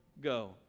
go